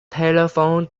telephone